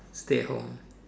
stay at home